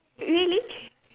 really